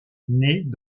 nait